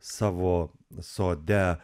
savo sode